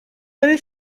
very